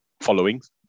followings